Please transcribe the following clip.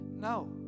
no